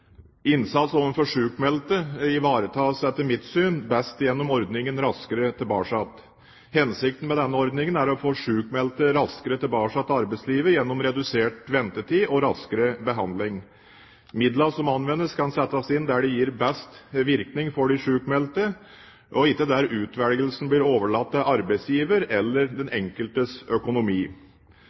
Innsats overfor sykmeldte ivaretas, etter mitt syn, best gjennom ordningen Raskere tilbake. Hensikten med denne ordningen er å få sykmeldte raskere tilbake til arbeidslivet gjennom redusert ventetid og raskere behandling. Midlene som anvendes, kan settes inn der de gir best virkning for den sykmeldte, og ikke der utvelgelsen blir overlatt til arbeidsgiver eller til den enkeltes økonomi.